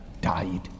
died